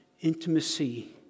intimacy